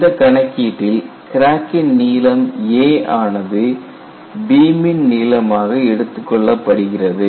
இந்த கணக்கீட்டில் கிராக்கின் நீளம் a ஆனது பீம் ன் நீளமாக எடுத்துக் கொள்ளப்படுகின்றது